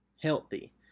healthy